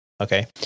Okay